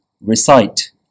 recite